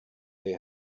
they